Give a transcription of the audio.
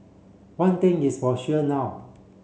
one thing is for sure now